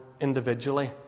individually